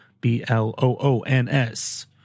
B-L-O-O-N-S